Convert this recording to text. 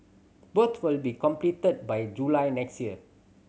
both will be completed by July next year